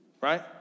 right